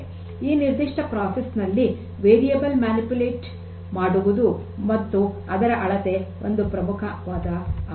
ಈ ನಿರ್ಧಿಷ್ಟ ಪ್ರಕ್ರಿಯೆಯಲ್ಲಿ ವೇರಿಯಬಲ್ ಮ್ಯಾನಿಪುಲೇಟ್ ಮಾಡುವುದು ಮತ್ತು ಅದರ ಅಳತೆ ಒಂದು ಪ್ರಮುಖವಾದ ಅಂಶ